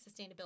sustainability